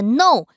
No